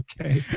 Okay